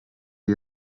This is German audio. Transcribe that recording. ihr